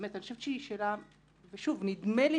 נדמה לי